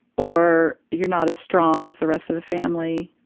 or you're not as strong as the rest of the family,